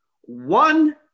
one